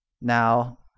Now